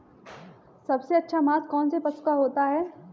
सबसे अच्छा मांस कौनसे पशु का होता है?